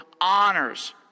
honors